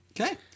Okay